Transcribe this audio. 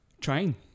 Train